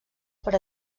per